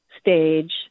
stage